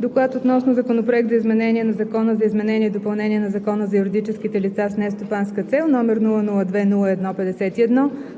„Доклад относно Законопроект за изменение на Закона за изменение и допълнение на Закона за юридическите лица с нестопанска цел, № 002-01-51,